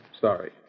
sorry